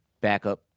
backup